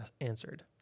answered